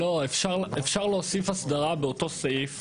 אפשר להוסיף הסדרה באותו סעיף.